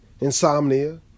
insomnia